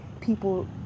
people